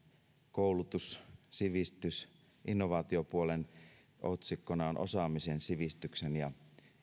koulutus sivistys innovaatiopuolen otsikkona on osaamisen sivistyksen ja